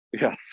Yes